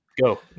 go